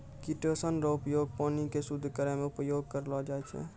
chitosan रो उपयोग पानी के शुद्ध करै मे उपयोग करलो जाय छै